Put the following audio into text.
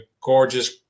gorgeous